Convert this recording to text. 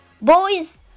boys